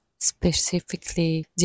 Specifically